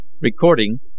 Recording